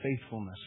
faithfulness